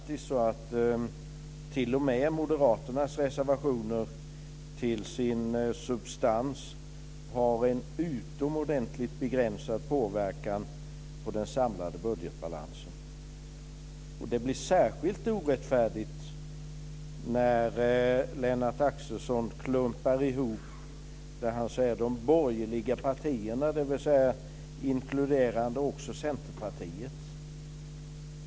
T.o.m. moderaternas reservationer har till sin substans en utomordentligt begränsad påverkan på den samlade budgetbalansen. Och det blir särskilt orättfärdigt när Lennart Axelsson klumpar ihop de borgerliga partierna, inkluderande också Centerpartiet.